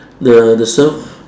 the the surf